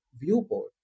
viewport